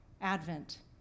Advent